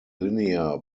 linear